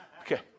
Okay